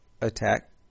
attack